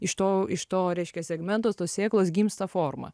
iš to iš to reiškia segmento tos sėklos gimsta forma